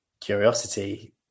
curiosity